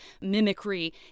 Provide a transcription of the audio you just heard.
mimicry